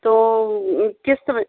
तो क़िस्त में